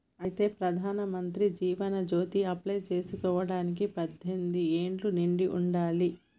అయితే ప్రధానమంత్రి జీవన్ జ్యోతి అప్లై చేసుకోవడానికి పద్దెనిమిది ఏళ్ల వయసు నిండి ఉండాలి